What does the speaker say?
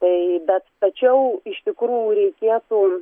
tai bet tačiau iš tikrųjų reikėtų